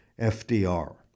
FDR